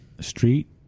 street